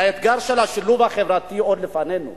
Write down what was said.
האתגר של השילוב החברתי עוד לפנינו.